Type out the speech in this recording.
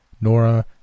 Nora